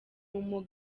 umuhango